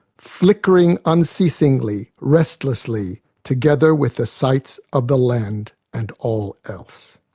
flickering unceasingly, restlessly together with the sights of the land and all else